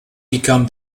become